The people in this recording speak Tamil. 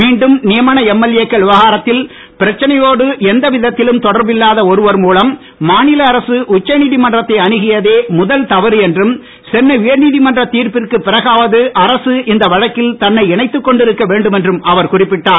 மீண்டும் நியமன எம்எல்ஏ க்கள் விவகாரத்தில் பிரச்னையோடு எந்த வித்த்திலும் தொடர்பில்லாத ஒருவர் மூலம் மாநில அரசு உச்சநீதிமன்றத்தை அணுகியதே முதல் தவறு என்றும் சென்னை உயர்நீதிமன்ற தீர்ப்பிற்கு பிறகாவது அரசு இந்த வழக்கில் தன்னை இணைத்து கொண்டிருக்க வேண்டும் என்றும் அவர் குறிப்பிட்டார்